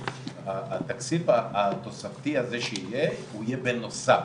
התקציב התוספתי הזה שיהיה הוא יהיה בנוסף.